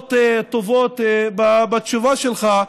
בשורות טובות בתשובה שלך,